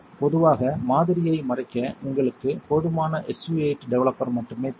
பொதுவாக மாதிரியை மறைக்க உங்களுக்கு போதுமான SU 8 டெவலப்பர் மட்டுமே தேவை